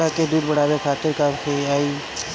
गाय के दूध बढ़ावे खातिर का खियायिं?